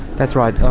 that's right.